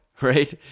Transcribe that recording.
right